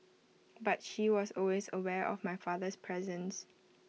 but she was always aware of my father's presence